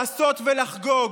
לעשות ולחגוג.